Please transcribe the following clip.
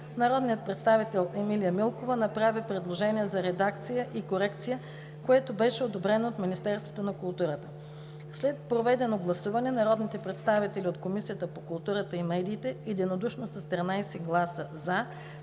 Народният представител Емилия Милкова направи предложение за редакция и корекция, което беше одобрено от Министерството на културата. След проведено гласуване народните представители от Комисията по културата и медиите единодушно с 13 гласа „за"